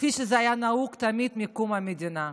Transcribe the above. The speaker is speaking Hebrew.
כפי שזה היה נהוג תמיד, מקום המדינה.